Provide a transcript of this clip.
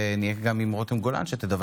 רבותיי, תם